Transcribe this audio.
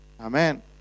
Amen